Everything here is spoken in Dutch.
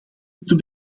moeten